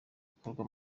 ikorwa